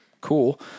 cool